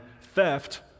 theft